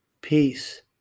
peace